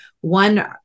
One